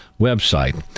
website